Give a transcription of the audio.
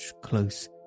close